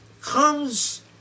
comes